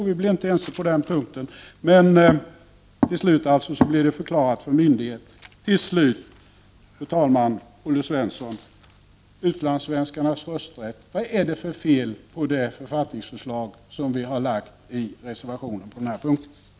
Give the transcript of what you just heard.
Vi blev inte ense på den punkten, men till slut blev löntagarfonderna förklarade som myndig = Prot. 1989/90:36 heter. 30 november 1990 Till slut, fru talman! Vad är det för fel, Olle Svensson, på det författnings förslag som vi har framlagt i vår reservation om utlandssvenskarnas rösträtt? Vissa grundlags